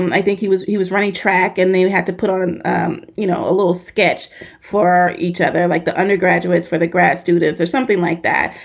i think he was he was running track. and they had to put on, you know, a little sketch for each other, like the undergraduates, for the grad students or something like that.